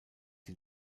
die